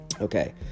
Okay